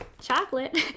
chocolate